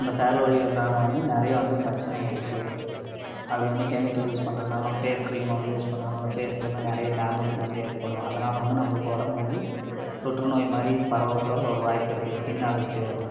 அந்த fair and lovely உள்ளாற வந்து நிறையா வந்து பிரச்சனைங்க இருக்கு அதில் வந்து கெமிக்கல் யூஸ் பண்ணுறதுனால நம்ம ஃபேஸ் க்ரீமாக வந்து யூஸ் பண்ணுறதுனால ஃபேஸுக்கு வந்து நிறையா டேமேஜிங்க வந்து ஏற்படும் அதனால வந்து நம்மளுக்கு உடம்பு வந்து தொற்றுநோய் மாதிரி பரவக்கூட ஒரு வாய்ப்பிருக்கு ஸ்கின் அலர்ஜி வரும்